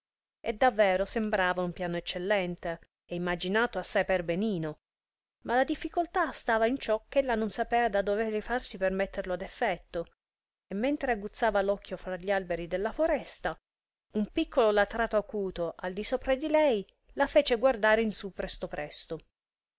e davvero sembrava un piano eccellente e imaginato assai per benino ma la difficoltà stava in ciò ch'ella non sapea da dove rifarsi per metterlo ad effetto e mentre aguzzava l'occhio fra gli alberi della foresta un piccolo latrato acuto al di sopra di lei la fece guardare in su presto presto